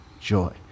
joy